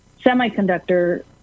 semiconductor